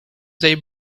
they